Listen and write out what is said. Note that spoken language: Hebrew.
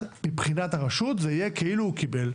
מבחינת הרשות זה יהיה כאילו הוא קיבל.